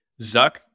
Zuck